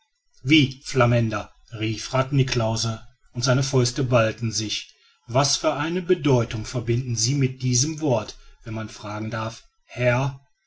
wie flamänder rief rath niklausse und seine fäuste ballten sich was für eine bedeutung verbinden sie mit diesem wort wenn man fragen darf herr